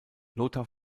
lothar